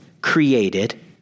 created